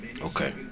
Okay